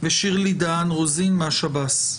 ושירלי דהן רוזין מהשב"ס.